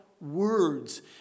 words